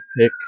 pick